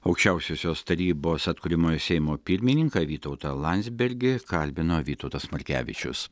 aukščiausiosios tarybos atkuriamojo seimo pirmininką vytautą landsbergį kalbino vytautas markevičius